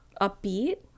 upbeat